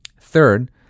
Third